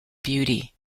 beauty